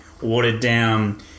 watered-down